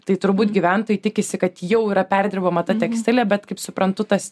tai turbūt gyventojai tikisi kad jau yra perdirbama ta tekstilė bet kaip suprantu tas